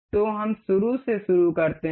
तो हम शुरू से शुरू करते हैं